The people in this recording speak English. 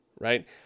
right